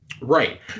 Right